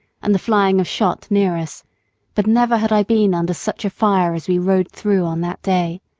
and the flying of shot near us but never had i been under such a fire as we rode through on that day.